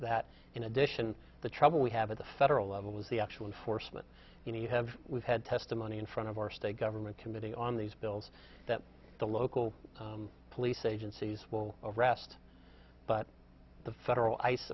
that in addition the trouble we have at the federal level is the actual forsman you know you have we've had testimony in front of our state government committing on these bills that the local police agencies will arrest but the federal ice